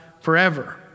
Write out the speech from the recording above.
forever